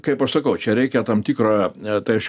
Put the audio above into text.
kaip aš sakau čia reikia tam tikro tai aš